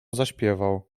zaśpiewał